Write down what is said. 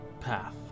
path